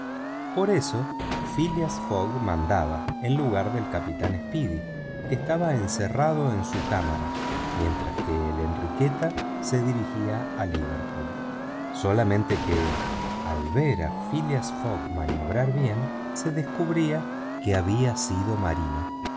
por eso phileas fogg mandaba en lugar del capitán speedy que estaba encerrado en su cámara mientras que la enriqueta se dirigía a liverpool solamente que al ver a phileas fogg maniobrar bien se descubría que había sido marinero